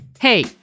Hey